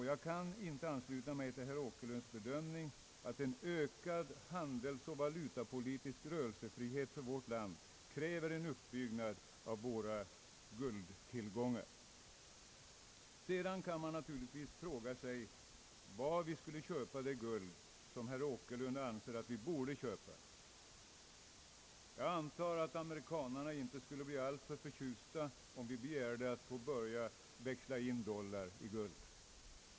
Jag kan inte ansluta mig till herr Åkerlunds bedömning att en ökad handelsoch valutapolitisk rörelsefrihet för vårt land kräver en uppbyggnad av våra guldtillgångar. Sedan kan man naturligtvis fråga sig var vi skulle köpa det guld som herr Åkerlund anser att vi bör köpa. Jag antar att amerikanerna inte skulle bli alltför förtjusta, om vi begärde att få börja växla in dollar i guld.